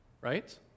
Right